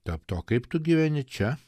tarp to kaip tu gyveni čia